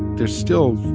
there's still